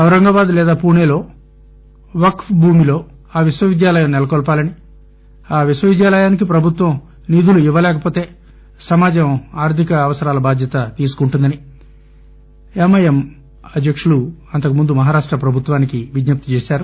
ఔరంగాబాద్ లేదా పూణెలో వక్స్ భూముల్లో ఆ విశ్వవిద్యాలయాన్ని సెలకొల్పాలని ఆ విశ్వవిద్యాలయానికి ప్రభుత్వం నిధులు ఇవ్వలేక పోతే సమాజ ఆర్గిక అవసరాల బాధ్యత తీసుకుంటుందని ఎంఐఎం అధ్యకుడు అంతకుముందు మహారాష్ట ప్రభుత్వానికి విజ్ఞప్తి చేశారు